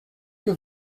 que